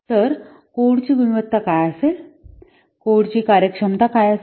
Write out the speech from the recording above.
तर कोडची गुणवत्ता काय असेल कोडची कार्यक्षमता काय असेल